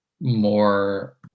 more